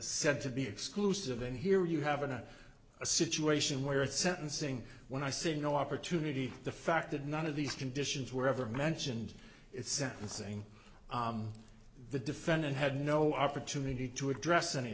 said to be exclusive and here you have a situation where at sentencing when i say no opportunity the fact that none of these conditions were ever mentioned is sentencing the defendant had no opportunity to address any